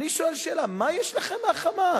אני שואל שאלה: מה יש לכם מה"חמאס"?